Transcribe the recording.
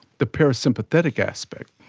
the parasympathetic aspect,